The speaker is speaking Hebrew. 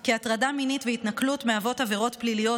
כי הטרדה מינית והתנכלות מהוות עבירות פליליות,